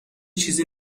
چیزی